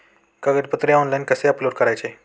कागदपत्रे ऑनलाइन कसे अपलोड करायचे?